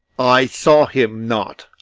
i saw him not.